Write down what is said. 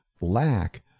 lack